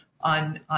on